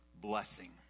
blessing